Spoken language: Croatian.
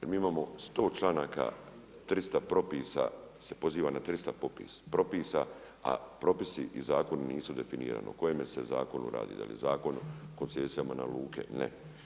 I mi imamo 100 članaka, 300 propisa, se poziva na 300 propisa, a propisi i zakoni nisu definirano o kojemu se zakonu radi, je li Zakon o koncesijama na luke, ne.